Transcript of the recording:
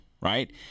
right